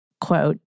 Quote